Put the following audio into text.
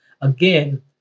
again